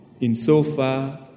insofar